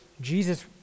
jesus